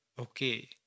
okay